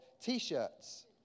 T-shirts